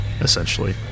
essentially